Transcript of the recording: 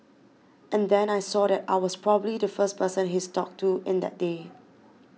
and then I saw that I was probably the first person he's talked to in that day